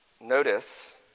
notice